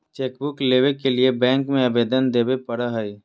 chequebook लेबे के लिए बैंक में अबेदन देबे परेय हइ